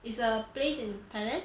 it's a place in thailand